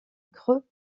creux